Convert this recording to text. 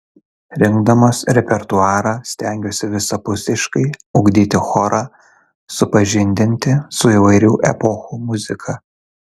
rinkdamas repertuarą stengiuosi visapusiškai ugdyti chorą supažindinti su įvairių epochų muzika